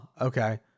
okay